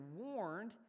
warned